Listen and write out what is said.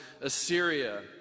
Assyria